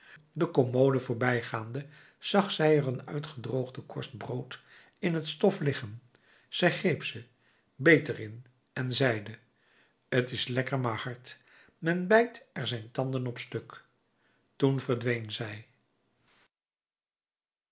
de commode voorbijgaande zag zij er een uitgedroogde korst brood in het stof liggen zij greep ze beet er in en zeide t is lekker maar hard men bijt er zijn tanden op stuk toen verdween zij